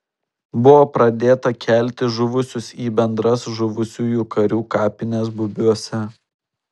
buvo pradėta kelti žuvusius į bendras žuvusiųjų karių kapines bubiuose